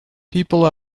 people